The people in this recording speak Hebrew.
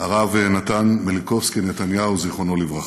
הרב נתן מיליקובסקי-נתניהו, זיכרונו לברכה,